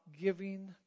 giving